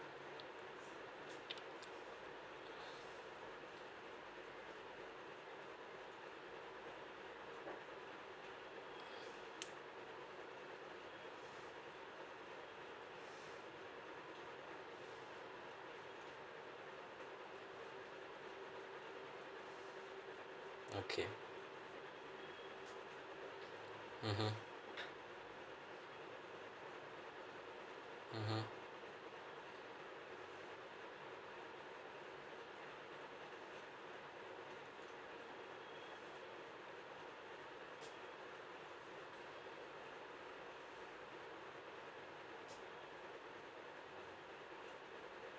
okay mmhmm mmhmm